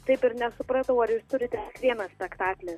taip ir nesupratau ar turite tik vieną spektaklį